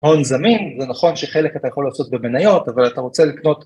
הון זמין זה נכון שחלק אתה יכול לעשות במניות אבל אתה רוצה לקנות